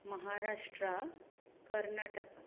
Maharashtra Karnataka